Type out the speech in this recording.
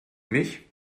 mich